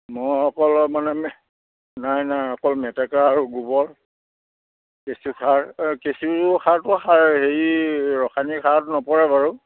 মই অকল মানে মেহ নাই নাই অকল মেটেকা আৰু গোবৰ কেঁচু সাৰ কেঁচু সাৰটো সাৰ হেৰি ৰাসায়নিক সাৰত নপৰে বাৰু